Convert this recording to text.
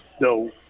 No